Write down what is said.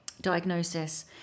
diagnosis